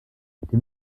dem